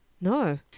No